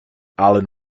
allen